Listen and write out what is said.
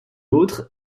autre